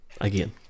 Again